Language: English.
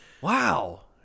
Wow